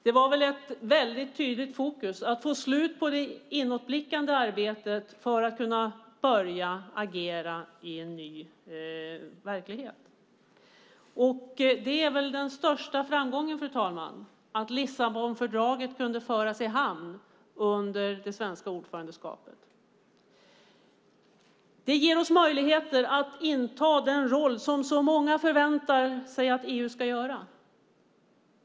Det var tydligt fokus på att få slut på det inåtblickande arbetet för att kunna börja agera i en ny verklighet. Det är väl den största framgången, fru talman, alltså att Lissabonfördraget kunde föras i hamn under det svenska ordförandeskapet. Det ger oss möjligheter att inta den roll som så många förväntar sig att EU ska inta.